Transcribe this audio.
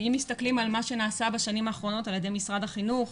אם מסתכלים על מה שנעשה בשנים האחרונות על ידי משרד החינוך,